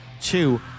Two